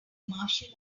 martial